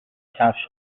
کفش